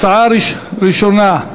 הצעה ראשונה,